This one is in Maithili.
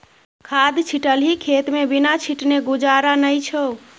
खाद छिटलही खेतमे बिना छीटने गुजारा नै छौ